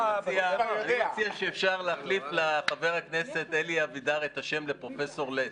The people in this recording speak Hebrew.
אני מציע שאפשר להחליף לחבר הכנסת אלי אבידר את השם לפרופסור לס.